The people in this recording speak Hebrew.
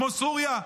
כמו סוריה,